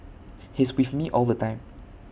he's with me all the time